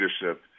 leadership